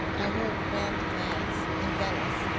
i heard grand mass in venice,